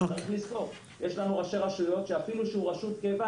יש לנו ראשי רשויות שאפילו שהוא רשות קבע,